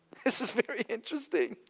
this is very interesting,